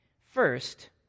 First